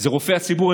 אלה רופאי הציבור.